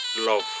love